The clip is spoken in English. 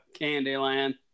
Candyland